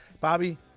Bobby